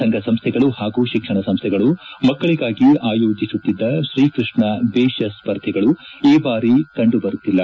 ಸಂಘ ಸಂಸ್ಥೆಗಳು ಹಾಗೂ ಶಿಕ್ಷಣ ಸಂಸ್ಥೆಗಳು ಮಕ್ಕಳಿಗಾಗಿ ಆಯೋಜಿಸುತ್ತಿದ್ದ ತ್ರೀಕೃಷ್ಣ ವೇಷ ಸ್ವರ್ಧೆಗಳು ಈ ಬಾರಿ ಕಂಡು ಬರುತ್ತಿಲ್ಲ